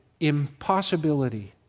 Impossibility